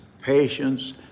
patience